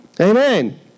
Amen